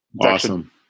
Awesome